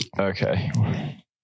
okay